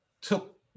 took